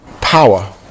power